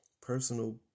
personal